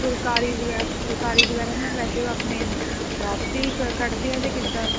ਫੁਲਕਾਰੀ ਵਗੈ ਫੁਲਕਾਰੀ ਵਗੈਰਾ ਨਾ ਵੈਸੇ ਉਹ ਆਪਣੇ ਸ਼ੌਪ 'ਤੇ ਹੀ ਕੱ ਕੱਢਦੇ ਆ ਜਾਂ ਕਿੱਦਾਂ